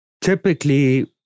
typically